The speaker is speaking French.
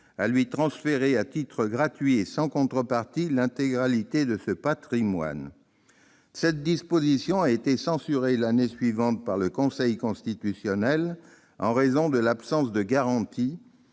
à lui transférer à titre gratuit et sans contrepartie l'intégralité de ce patrimoine. Cette disposition a été censurée l'année suivante par le Conseil constitutionnel en raison de l'absence de garanties